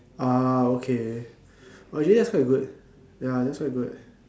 ah okay oh actually that's quite good ya that's quite good